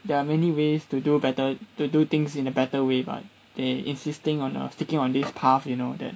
there are many ways to do better to do things in a better way but they insisting on uh sticking on this path you know that